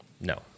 No